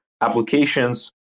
applications